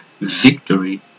victory